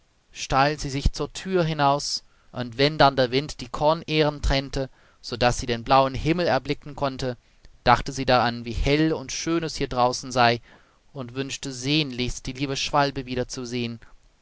stahl sie sich zur thür hinaus und wenn dann der wind die kornähren trennte sodaß sie den blauen himmel erblicken konnte dachte sie daran wie hell und schön es hier draußen sei und wünschte sehnlichst die liebe schwalbe wiederzusehen